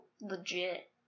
legit